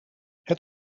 het